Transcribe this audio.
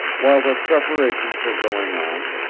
while the preparations were going on,